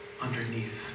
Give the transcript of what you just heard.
underneath